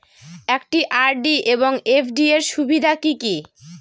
একটি আর.ডি এবং এফ.ডি এর সুবিধা কি কি?